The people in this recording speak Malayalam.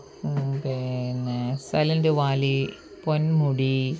പിന്നെ സലൻഡ് വാലി പൊന്മുടി